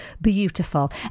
beautiful